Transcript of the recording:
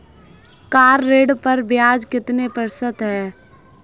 Car ऋण पर ब्याज कितने प्रतिशत है?